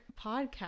podcast